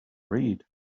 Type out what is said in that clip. read